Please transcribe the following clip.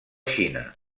xina